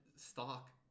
Stock